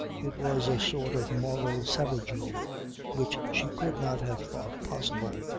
it was a sort of moral savagery which she could not have thought possible.